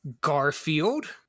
Garfield